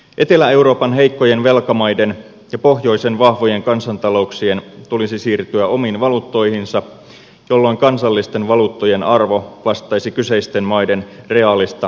etelä euroopan heikkojen velkamaiden ja pohjoisen vahvojen kansantalouksien tulisi siirtyä omiin valuuttoihinsa jolloin kansallisten valuuttojen arvo vastaisi kyseisten maiden reaalista kansantaloudellista tilaa